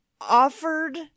offered